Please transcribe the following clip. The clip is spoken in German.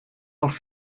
noch